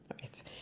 right